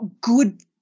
good